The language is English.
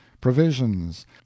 provisions